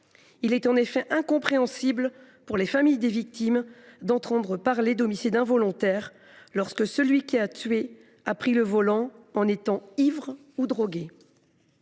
Il est en effet incompréhensible, pour les familles de victimes, d’entendre parler d’homicide involontaire lorsque celui qui a tué avait pris le volant en étant ivre ou drogué.